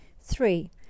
Three